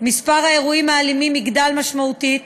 מספר האירועים האלימים יגדל משמעותית,